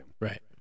Right